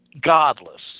godless